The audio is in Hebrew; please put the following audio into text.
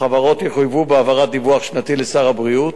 החברות יחויבו בהעברת דיווח שנתי לשר הבריאות,